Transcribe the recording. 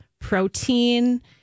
protein